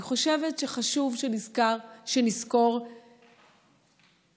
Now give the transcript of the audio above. אני חושבת שחשוב שנזכור שתמיד,